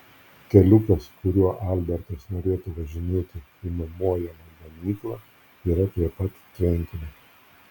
keliukas kuriuo albertas norėtų važinėti į nuomojamą ganyklą yra prie pat tvenkinio